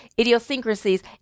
idiosyncrasies